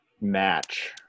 match